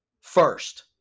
first